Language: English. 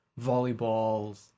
volleyballs